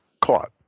caught